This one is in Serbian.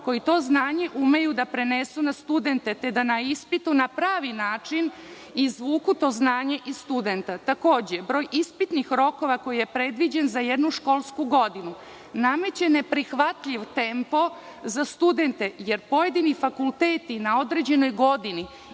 koje to znanje umeju da prenesu na studente, te da na ispitu na pravi način izvuku to znanje iz studenta. Takođe, broj ispitnih rokova koji je predviđen za jednu školsku godinu nameće neprihvatljiv tempo za studente, jer pojedini fakulteti na određenoj godini